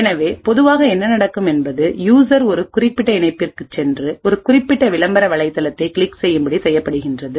எனவே பொதுவாக என்ன நடக்கும் என்பது யூசர் ஒரு குறிப்பிட்ட இணைப்பிற்குச் சென்று ஒரு குறிப்பிட்ட விளம்பர வலைத்தளத்தைக் கிளிக் செய்யும்படி செய்யப்படுகிறது